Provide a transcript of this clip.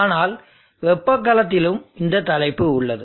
ஆனால் வெப்ப களத்திலும் இந்த தலைப்பு உள்ளது